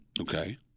Okay